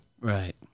Right